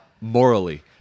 Morally